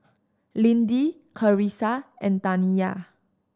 Lindy Carissa and Taniya